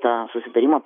tą susitarimą